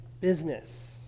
business